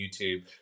YouTube